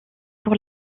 pour